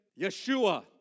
Yeshua